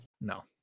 No